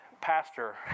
pastor